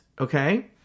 okay